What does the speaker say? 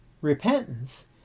Repentance